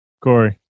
Corey